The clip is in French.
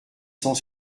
cent